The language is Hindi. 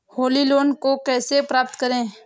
होली लोन को कैसे प्राप्त करें?